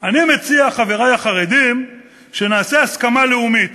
"אני מציע, חברי החרדים, שנעשה הסכמה לאומית